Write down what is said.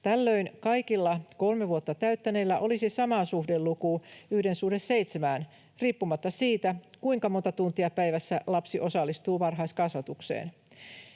Tällöin kaikilla kolme vuotta täyttäneillä olisi sama suhdeluku, 1:7, riippumatta siitä, kuinka monta tuntia päivässä lapsi osallistuu varhaiskasvatukseen.